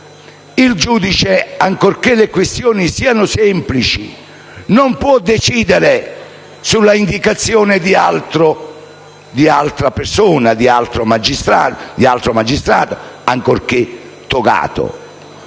Il giudice, ancorché le questioni siano semplici, non può decidere su indicazione di altro magistrato, ancorché togato.